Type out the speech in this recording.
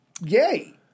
yay